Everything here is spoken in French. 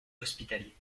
hospitalier